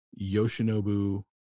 Yoshinobu